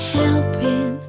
helping